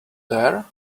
there